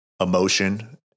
emotion